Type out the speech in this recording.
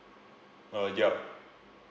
uh yup